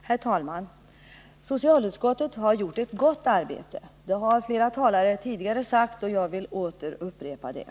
Herr talman! Socialutskottet har gjort ett gott arbete. Det har flera talare tidigare sagt och jag vill upprepa det.